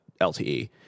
LTE